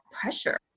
pressure